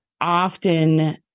often